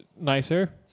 nicer